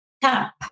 tap